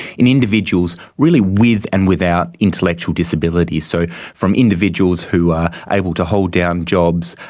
in individuals really with and without intellectual disability, so from individuals who are able to hold down jobs,